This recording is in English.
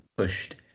pushed